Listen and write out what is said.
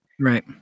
Right